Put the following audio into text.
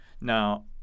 Now